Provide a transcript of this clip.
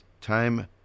time